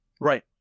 Right